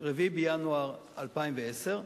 ב-4 בינואר 2010,